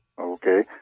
Okay